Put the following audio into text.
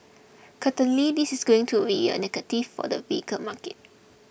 certainly this is going to be a negative for the vehicle market